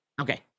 okay